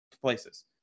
places